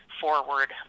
forward